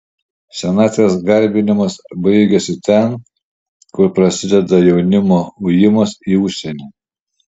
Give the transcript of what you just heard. senatvės garbinimas baigiasi ten kur prasideda jaunimo ujimas į užsienį